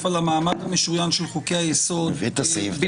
שדן במעמד המשוריין של חוקי היסוד בלבד,